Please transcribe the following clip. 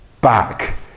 back